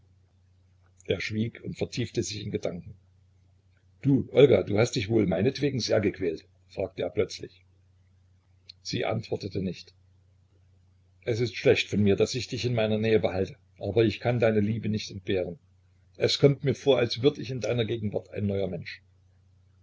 er schwieg und vertiefte sich in gedanken du olga du hast dich wohl meinetwegen sehr gequält fragte er plötzlich sie antwortete nicht es ist schlecht von mir daß ich dich in meiner nähe behalte aber ich kann deine liebe nicht entbehren es kommt mir vor als würd ich in deiner gegenwart ein neuer mensch